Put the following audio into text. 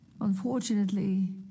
Unfortunately